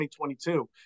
2022